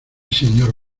señor